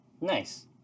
Nice